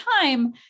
time